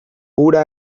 hura